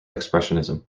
expressionism